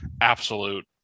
absolute